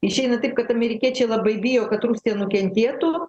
išeina taip kad amerikiečiai labai bijo kad rusija nukentėtų